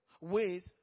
ways